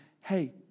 hey